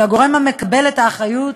לגורם המקבל את האחריות,